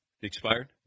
expired